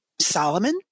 Solomon